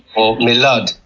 or m'lord,